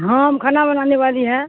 ہاں ہم کھانا بنانے والی ہیں